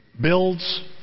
builds